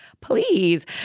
please